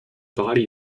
body